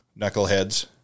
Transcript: knuckleheads